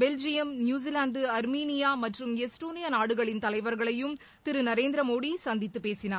Belgium New Zealand Armenia மற்றும் Estonia நாடுகளின் தலைவர்களையும் திரு நரேந்திரமோடி சந்தித்து பேசினார்